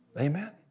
Amen